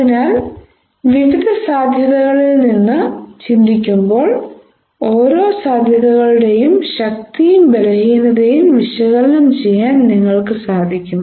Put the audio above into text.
അതിനാൽ വിവിധ സാധ്യതകളിൽ നിന്ന് ചിന്തിക്കുമ്പോൾ ഓരോ സാധ്യതകളുടെയും ശക്തിയും ബലഹീനതയും വിശകലനം ചെയ്യാൻ നിങ്ങൾക്ക് കഴിയും